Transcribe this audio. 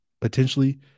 potentially